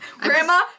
grandma